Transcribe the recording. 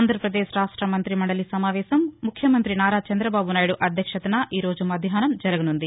ఆంధ్రప్రదేశ్ రాష్ట మంతి మండలి సమావేశం ముఖ్యమంతి నారా చందబాబు నాయుడు అధ్యక్షతన ఈరోజు మధ్యాహ్నం జరగనుంది